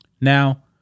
now